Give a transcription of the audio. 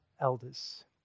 elders